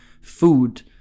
food